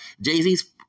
Jay-Z's